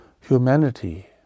Humanity